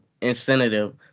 incentive